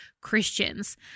Christians